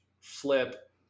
Flip